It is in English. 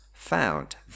found